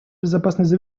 безопасности